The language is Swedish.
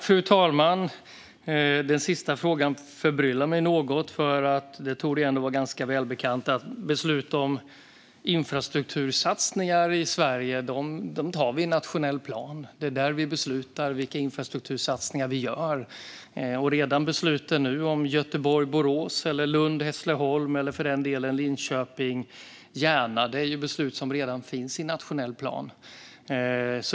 Fru talman! Den sista frågan förbryllar mig något. Det torde ändå vara ganska välbekant att beslut om infrastruktursatsningar i Sverige tar vi i nationell plan. Det är där vi beslutar vilka infrastruktursatsningar vi gör, och besluten om Göteborg-Borås, Lund-Hässleholm eller för den delen Linköping-Järna är beslut som redan nu finns i nationell plan.